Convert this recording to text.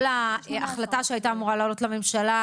כל ההחלטה שהייתה אמורה לעלות לממשלה,